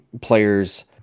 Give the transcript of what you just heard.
players